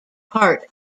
part